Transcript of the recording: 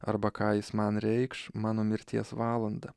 arba ką jis man reikš mano mirties valandą